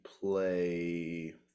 play